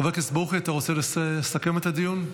חבר הכנסת ברוכי, אתה רוצה לסכם את הדיון?